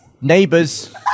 Neighbors